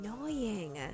Annoying